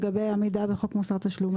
לגבי עמידה בחוק מוסר תשלום.